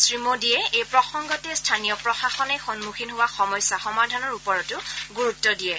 শ্ৰীমোডীয়ে এই প্ৰসংগতে স্থানীয় প্ৰশাসনে সন্মুখিন হোৱা সমস্যা সমাধানৰ ওপৰতো গুৰুত্ব দিয়ে